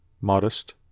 modest